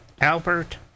Albert